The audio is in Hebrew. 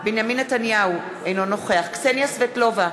בנימין נתניהו, אינו נוכח קסניה סבטלובה,